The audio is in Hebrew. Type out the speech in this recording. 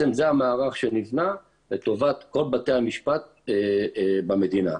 המערך שנבנה לטובת כל בתי המשפט במדינה,